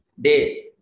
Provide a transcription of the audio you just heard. day